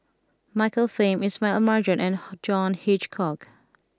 Michael Fam Ismail Marjan and John Hitchcock